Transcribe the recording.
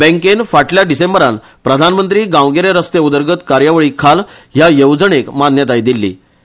बँकेन फाटल्या डिसेंबरान प्रधानमंत्री गांवगिरे रस्ते उदरगत कार्यावळी खाला ह्या येवजणेक मान्यताय दिछ्ठी